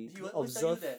he will always tell you that